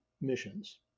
missions